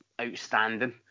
outstanding